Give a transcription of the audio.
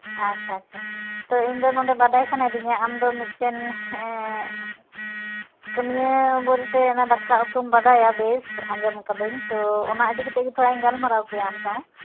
ᱟᱪᱪᱷᱟ ᱟᱪᱪᱷᱟ ᱛᱳ ᱤᱧᱫᱚ ᱱᱚᱸᱰᱮ ᱵᱟᱰᱟᱭ ᱥᱟᱱᱟᱭᱮᱫᱤᱧᱟ ᱟᱢᱫᱚ ᱢᱤᱫᱴᱮᱱ ᱠᱟᱹᱢᱤᱭᱟᱹ ᱵᱚᱞᱛᱮ ᱚᱱᱟ ᱫᱟᱠᱟ ᱩᱛᱩᱢ ᱵᱟᱰᱟᱭᱟ ᱵᱮᱥ ᱟᱸᱡᱚᱢ ᱠᱟᱫᱟᱹᱧ ᱛᱳ ᱚᱱᱟ ᱤᱫᱤ ᱠᱟᱛᱮᱫ ᱜᱮ ᱛᱷᱚᱲᱟᱧ ᱜᱟᱞᱢᱟᱨᱟᱣ ᱠᱮᱭᱟ ᱟᱢ ᱥᱟᱶ